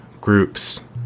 groups